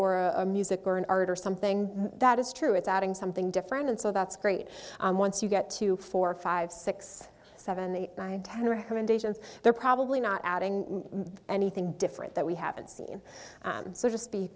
or music or an art or something that is true it's adding something different and so that's great once you get to four five six seven eight nine ten recommendations they're probably not adding anything different that we haven't seen so just be